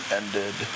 ended